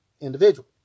individual